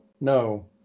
No